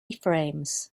frames